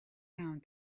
sounds